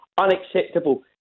unacceptable